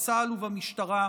בצה"ל ובמשטרה,